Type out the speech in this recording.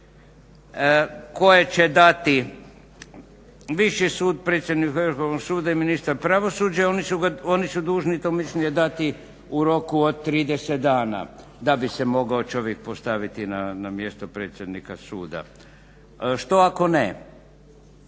koje će dati viši sud, predsjednik Vrhovnog suda i ministar pravosuđa. Oni su dužni to mišljenje dati u roku od 30 dana da bi se mogao čovjek postaviti na mjesto predsjednika suda. Što ako ne?